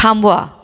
थांबवा